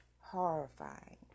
horrifying